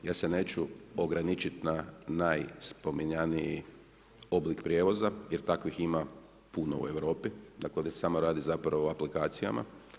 Ja se neću ograničiti na najspominjanijoj oblik prijevoza jer takvih ima puno u Europi, dakle ovdje se samo radi zapravo o aplikacijama.